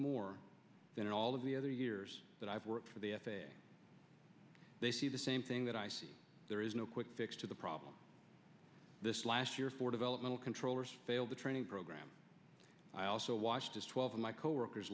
more than all the other years that i've worked for the f a a they see the same thing that i see there is no quick fix to the problem this last year for developmental controllers failed the training program i also watched as twelve of my coworkers